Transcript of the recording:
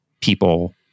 people